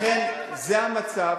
לכן זה המצב,